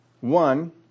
One